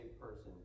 person